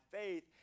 faith